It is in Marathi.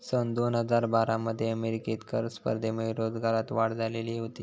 सन दोन हजार बारा मध्ये अमेरिकेत कर स्पर्धेमुळे रोजगारात वाढ झालेली होती